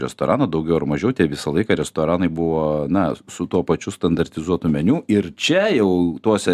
restoraną daugiau ar mažiau visą laiką restoranai buvo na su tuo pačiu standartizuotu meniu ir čia jau tuose